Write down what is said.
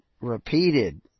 repeated